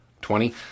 twenty